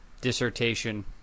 dissertation